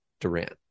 Durant